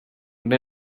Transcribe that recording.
ine